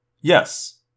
Yes